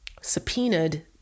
subpoenaed